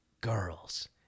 girls